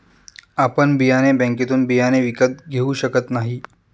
आपण बियाणे बँकेतून बियाणे विकत घेऊ शकत नाही